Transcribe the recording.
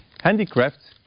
Handicrafts